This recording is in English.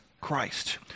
Christ